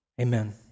Amen